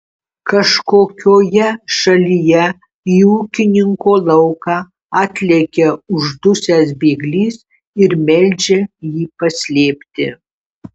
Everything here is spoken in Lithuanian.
kažkokioje šalyje į ūkininko lauką atlekia uždusęs bėglys ir meldžia jį paslėpti